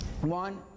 One